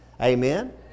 Amen